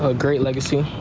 ah great legacy.